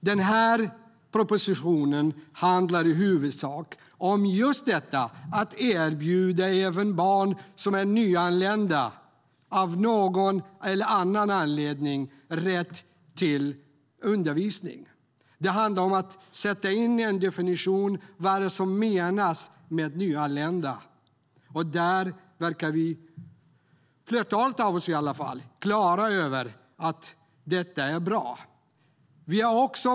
Den här propositionen handlar i huvudsak just om att erbjuda även barn som av en eller annan anledning är nyanlända rätt till undervisning. Det handlar om att sätta in en definition: Vad är det som menas med "nyanlända"? I alla fall flertalet av oss verkar klara över att det är bra.